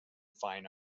fine